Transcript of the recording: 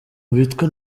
witwa